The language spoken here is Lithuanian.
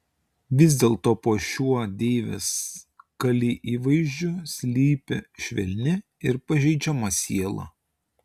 vis dėlto po šiuo deivės kali įvaizdžiu slypi švelni ir pažeidžiama siela